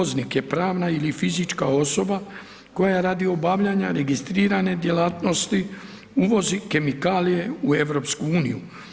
Uvoznik je pravna ili fizička osoba koja radi obavljanja registrirane djelatnosti uvozi kemikalije u Europsku uniju.